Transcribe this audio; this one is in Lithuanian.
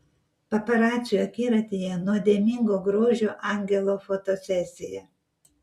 paparacių akiratyje nuodėmingo grožio angelo fotosesija